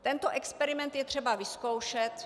Tento experiment je třeba vyzkoušet.